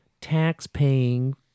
tax-paying